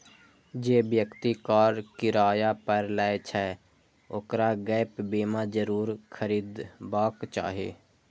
जे व्यक्ति कार किराया पर लै छै, ओकरा गैप बीमा जरूर खरीदबाक चाही